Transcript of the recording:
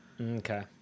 okay